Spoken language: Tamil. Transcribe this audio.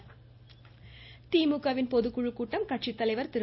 திமுக கூட்டம் திமுகவின் பொதுக்குழு கூட்டம் கட்சி தலைவர் திரு